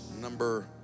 number